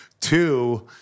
Two